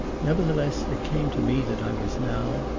nonetheless it came to me that i was now,